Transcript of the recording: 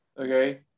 okay